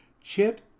chit